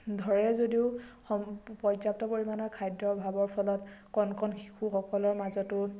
ধৰে যদিও পৰ্য্যাপ্ত পৰিমাণৰ খাদ্যৰ অভাৱৰ ফলত কণ কণ শিশুসকলৰ মাজতো